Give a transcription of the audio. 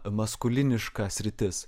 maskuliniška sritis